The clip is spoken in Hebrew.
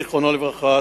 זיכרונו לברכה,